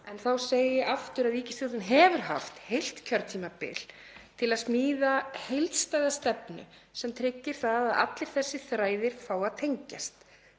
en þá segi ég aftur að ríkisstjórnin hefur haft heilt kjörtímabil til að smíða heildstæða stefnu sem tryggir að allir þessir þræðir fái að tengjast.